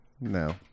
No